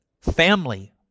family